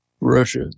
Russia